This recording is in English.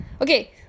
Okay